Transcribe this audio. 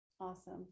Awesome